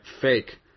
fake